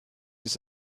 used